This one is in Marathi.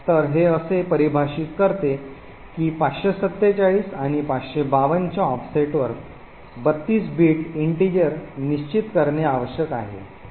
तर हे असे परिभाषित करते की 547 आणि 552 च्या ऑफसेटवर 32 बिट पूर्णांक निश्चित करणे आवश्यक आहे